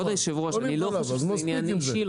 כבוד יושב הראש, אני לא חושב שזה עניין אישי.